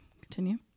continue